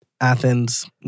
Athens